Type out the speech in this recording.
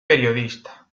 periodista